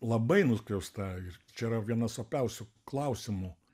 labai nuskriausta ir čia yra vienas opiausių klausimų